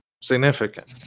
significant